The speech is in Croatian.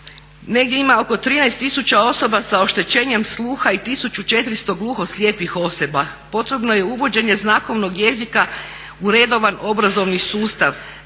negdje ima oko 13 tisuća osoba sa oštećenjem sluha i tisuću 400 gluhoslijepih osoba. Potrebno je uvođenje znakovnog jezika u redovan obrazovni sustav